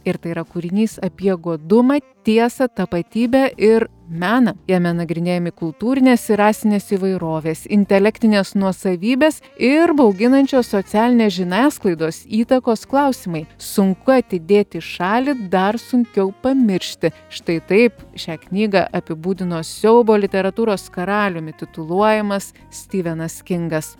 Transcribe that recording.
ir tai yra kūrinys apie godumą tiesą tapatybę ir meną jame nagrinėjami kultūrinės ir rasinės įvairovės intelektinės nuosavybės ir bauginančios socialinės žiniasklaidos įtakos klausimai sunku atidėti į šalį dar sunkiau pamiršti štai taip šią knygą apibūdino siaubo literatūros karaliumi tituluojamas styvenas kingas